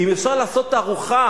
אם אפשר לעשות תערוכה